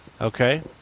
Okay